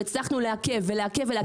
והצלחנו לעכב ולעכב ולעכב,